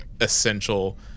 essential